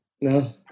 No